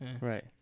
right